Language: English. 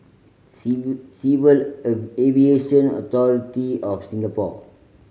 Civil Aviation Authority of Singapore